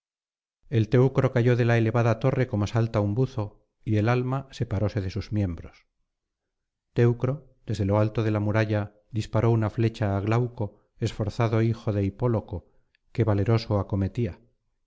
el teucro cayó de la elevada torre como salta un buzo y el alma separóse de sus miembros teucro desde lo alto de la muralla disparó una flecha á glauco esforzado hijo de hipóloco que valeroso acometía